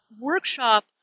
workshop